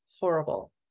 horrible